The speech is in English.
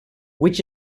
which